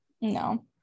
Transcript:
no